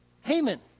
Haman